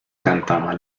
cantaba